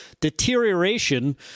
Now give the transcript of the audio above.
deterioration